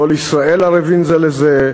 כל ישראל ערבים זה לזה,